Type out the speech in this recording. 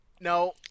No